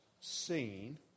seen